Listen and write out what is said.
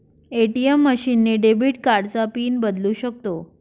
ATM machine ने debit कार्डचा PIN बदलू शकतो